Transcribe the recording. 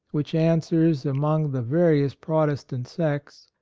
which answers among the various protestant sects,